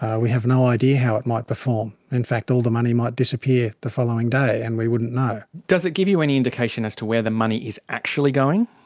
ah we have no idea how it might perform. in fact all the money might disappear the following day and we wouldn't know. does it give you any indication as to where the money is actually going?